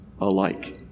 alike